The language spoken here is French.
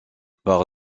par